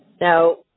Now